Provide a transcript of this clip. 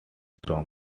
storm